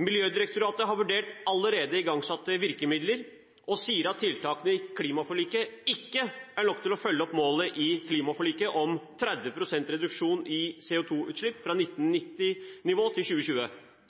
Miljødirektoratet har vurdert allerede igangsatte virkemidler og sier at tiltakene i klimaforliket ikke er nok til å følge opp målet i klimaforliket om 30 pst. reduksjon i CO2-utslipp fra